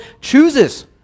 chooses